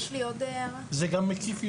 זה גם מקיף יותר.